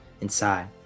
inside